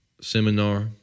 seminar